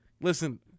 Listen